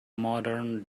modern